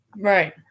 Right